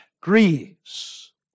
grieves